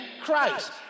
Christ